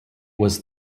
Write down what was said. was